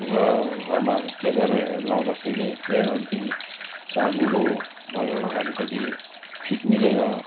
यो त घरमा चेक गरेर हेरेर लगाउँदाखेरि प्यान्ट अलिकति साँघुरो भयो अलिकति फिट मिलेन